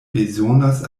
bezonas